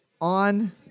on